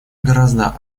гораздо